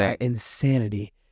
Insanity